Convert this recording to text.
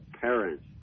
parents